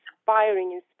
inspiring